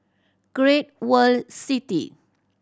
Great World City